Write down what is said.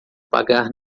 pagar